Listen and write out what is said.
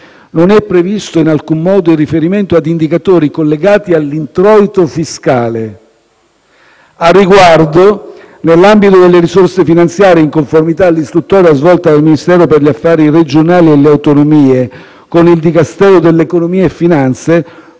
Non è previsto in alcun modo il riferimento ad indicatori collegati all'introito fiscale. A riguardo, nell'ambito delle risorse finanziarie in conformità all'istruttoria svolta dal Ministero per gli affari regionali e le autonomie con il Dicastero dell'economia e delle finanze,